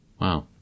Wow